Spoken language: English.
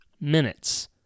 minutes